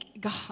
God